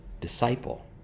disciple